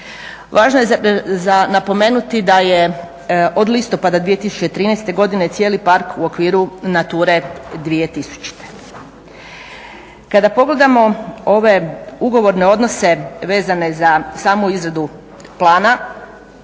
Važno je za napomenuti da je od listopada 2013. godine cijeli park u okviru Nature 2000. Kada pogledamo ove ugovorne odnose vezane za samu izradu plana